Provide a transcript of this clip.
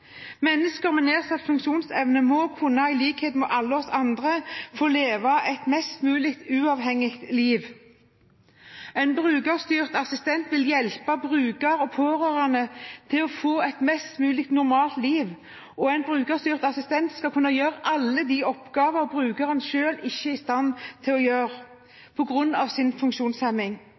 Mennesker med nedsatt funksjonsevne må, i likhet med alle oss andre, kunne få leve et mest mulig uavhengig liv. En brukerstyrt assistent vil hjelpe brukere og pårørende til å få et mest mulig normalt liv, og en brukerstyrt assistent skal kunne gjøre alle de oppgaver brukeren selv ikke er i stand til å gjøre på grunn av sin